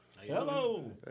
Hello